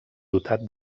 dotat